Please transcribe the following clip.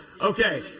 Okay